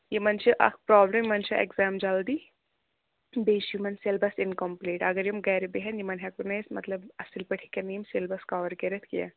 یِمَن چھُ اکھ پرٛابلِم یِمَن چھُ ایٚکزام جَلدی بیٚیہِ چھُ یِمَن سیٚلیبَس اِنکَمپٕلیٖٹ اگر یِم گَرِ بیٚہَن یِمَن ہیٚکو نہٕ أسۍ مطلب اَصٕل پٲٹھۍ ہیکَن نہٕ یِم سیٚلیبَس کَوٚر کٔرِتھ کیٚنٛہہ